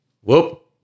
whoop